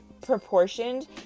proportioned